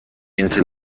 into